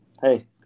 Hey